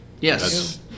yes